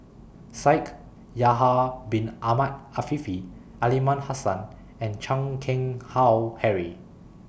Shaikh Yahya Bin Ahmed Afifi Aliman Hassan and Chan Keng Howe Harry